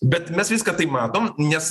bet mes viską tai matom nes